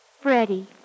Freddie